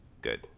Good